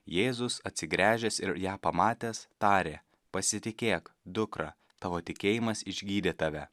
jėzus atsigręžęs ir ją pamatęs tarė pasitikėk dukra tavo tikėjimas išgydė tave